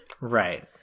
Right